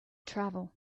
travel